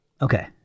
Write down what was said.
Okay